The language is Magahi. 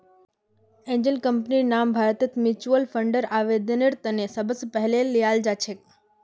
एंजल कम्पनीर नाम भारतत म्युच्युअल फंडर आवेदनेर त न सबस पहले ल्याल जा छेक